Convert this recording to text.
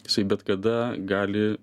jisai bet kada gali